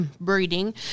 breeding